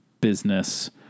Business